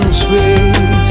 space